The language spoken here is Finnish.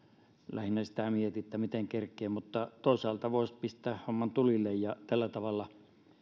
lähinnä sitä mietin miten kerkeää mutta toisaalta voisi pistää homman tulille ja tällä tavalla